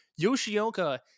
Yoshioka